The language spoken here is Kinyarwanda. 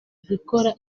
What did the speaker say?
zikora